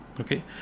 Okay